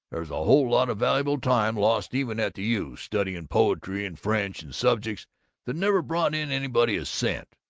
there's a whole lot of valuable time lost even at the u, studying poetry and french and subjects that never brought in anybody a cent.